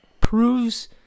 proves